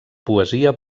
poesia